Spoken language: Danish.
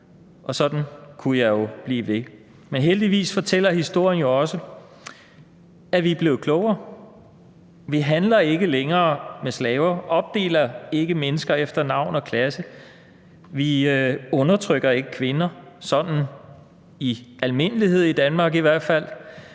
og sådan kunne jeg jo blive ved. Men heldigvis fortæller historien jo også, at vi er blevet klogere. Vi handler ikke længere med slaver, opdeler ikke mennesker efter navn og klasse og undertrykker ikke kvinder i Danmark, i hvert fald